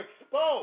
exposed